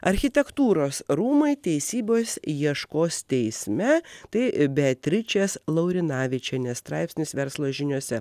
architektūros rūmai teisybės ieškos teisme tai beatričės laurinavičienės straipsnis verslo žiniose